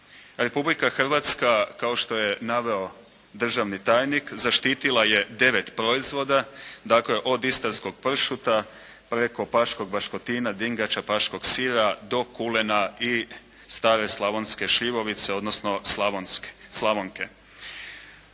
Republika Hrvatska kao što je naveo državni tajnik zaštitila je 9 proizvoda. Dakle, od istarskog pršuta preko paškog baškotina, dingača, paškog sira do kulena i stare slavonske šljivovice, odnosno slavonke.